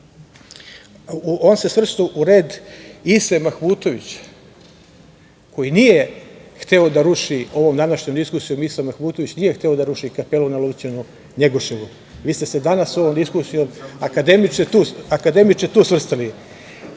on se svrstao u red Ise Mahmutovića, koji nije hteo da ruši ovom današnjom diskusijom, Isa Mahmutović nije hteo da ruši kapelu na Lovćenu Njegoševu. Vi ste se danas ovom diskusijom, akademiče, tu svrstali. Posebno